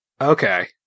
Okay